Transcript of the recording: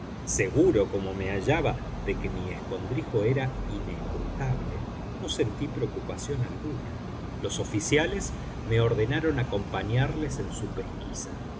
seguro como me hallaba de que mi escondrijo era inescrutable no sentí preocupación alguna los oficiales me ordenaron acompañarles en su pesquisa